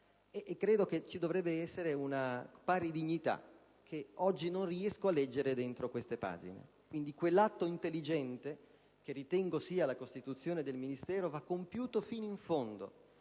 conosce. Dovrebbe esserci una pari dignità, che oggi non riesco a leggere in queste pagine. Quindi, quell'atto intelligente, che ritengo sia la costituzione del Ministero, va compiuto fino in fondo,